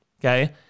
Okay